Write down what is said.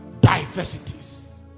diversities